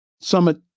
Summit